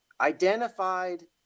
identified